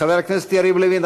חבר הכנסת יריב לוין.